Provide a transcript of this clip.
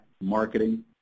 marketing